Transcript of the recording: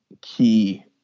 key